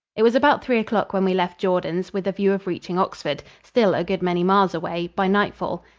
it was about three o'clock when we left jordans with a view of reaching oxford, still a good many miles away, by nightfall.